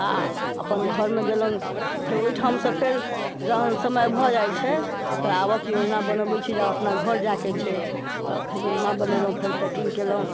आ अपन घर मे गेलहुॅं फेर ओहिठाम से फेर जहन समय भऽ जाइ छै तऽ फेर आबऽ के योजना बनबै छी जे आब अपना घर जायके छै तऽ फेर योजना बनेलहुॅं फेर पैकिंग केलहुॅं